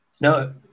no